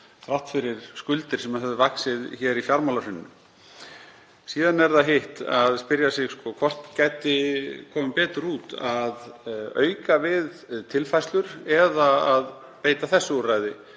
þrátt fyrir skuldir sem höfðu vaxið í fjármálahruninu. Síðan er það hitt að spyrja sig hvort gæti komið betur út að auka við tilfærslur eða að beita þessu úrræði